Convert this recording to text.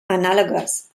analogous